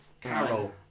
Carol